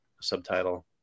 subtitle